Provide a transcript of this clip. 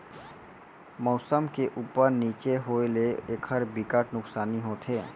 मउसम के उप्पर नीचे होए ले एखर बिकट नुकसानी होथे